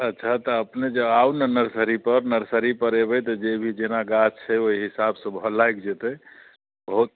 अच्छा तऽ अपने जँ आउ ने नर्सरी पर नर्सरी पर एबै तऽ जे भी जेना गाछ छै ओहि हिसाबसँ लागि जेतै बहुत